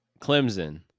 Clemson